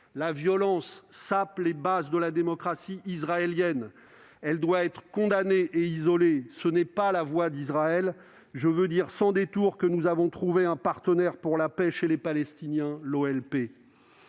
La violence sape les bases de la démocratie israélienne. Elle doit être condamnée et isolée. Ce n'est pas la voie d'Israël. [...] Je veux dire sans détour que nous avons trouvé un partenaire pour la paix chez les Palestiniens, l'OLP.